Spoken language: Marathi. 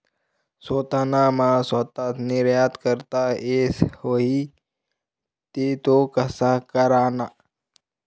सोताना माल सोताच निर्यात करता येस व्हई ते तो कशा कराना?